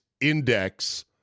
index